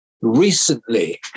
recently